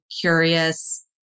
curious